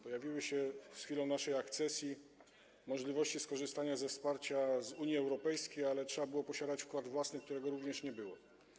Pojawiły się z chwilą naszej akcesji możliwości skorzystania ze wsparcia Unii Europejskiej, ale trzeba było posiadać wkład własny, którego również nie było.